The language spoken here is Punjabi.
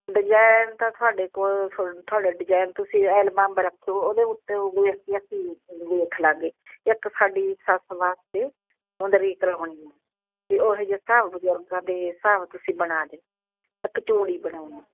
ਡਿਜਾਇਨ ਤਾਂ ਸਾਡੇ ਕੋਲ ਤੁਹਾਡੇ ਤੁਹਾਡੇ ਡਿਜ਼ਾਇਨ ਤੁਸੀਂ ਐਲਬਮ ਉਹਦੇ ਉੱਤੇ ਹੋਊਗੀ ਅਸੀਂ ਵੇਖ ਲਵਾਂਗੇ ਇੱਕ ਸਾਡੀ ਸੱਸ ਵਾਸਤੇ ਮੁੰਦਰੀ ਕਰਵਾਉਣੀ ਆ ਤਾਂ ਉਹ ਜੇ ਹਿਸਾਬ ਬਜ਼ੁਰਗਾਂ ਦੇ ਹਿਸਾਬ ਤੁਸੀਂ ਬਣਾ ਦੇ ਇੱਕ ਚੂੜੀ ਬਣਵਾਉਣੀ